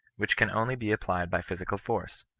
which can only be applied by physical force.